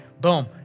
boom